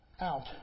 out